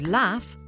laugh